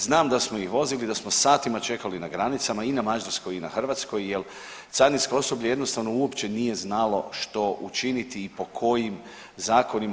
Znam da smo ih vozili da smo satima čekali na granicama i ma mađarskoj i na hrvatskoj jer carinsko osoblje jednostavno uopće nije znalo što učiniti i po kojim zakonima.